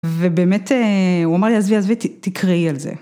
ובאמת הוא אמר לי עזבי עזבי תקראי על זה.